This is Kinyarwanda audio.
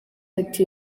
ati